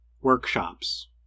Workshops